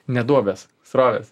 ne duobės srovės